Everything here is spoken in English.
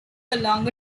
along